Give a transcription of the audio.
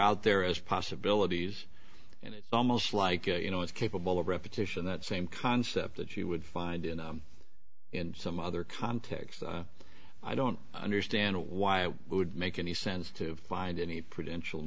out there as possibilities and it's almost like you know it's capable of repetition that same concept that you would find in some other context i don't understand why it would make any sense to find any potential